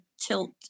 tilt